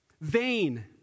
vain